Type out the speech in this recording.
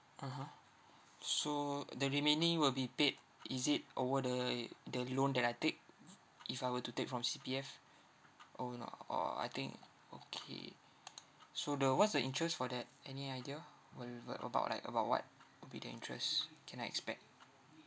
(uh huh) so the remaining will be paid is it over the ye~ the loan that I take f~ if I were to take from C_P_F or no or I think okay so the what's the interest for that any idea will the about like about what will be the interest can I expect